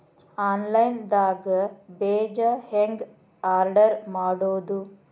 Online ದಾಗ ಬೇಜಾ ಹೆಂಗ್ ಆರ್ಡರ್ ಮಾಡೋದು?